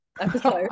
episode